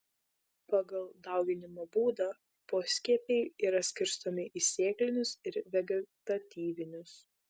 pagal dauginimo būdą poskiepiai yra skirstomi į sėklinius ir vegetatyvinius